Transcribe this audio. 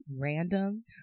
random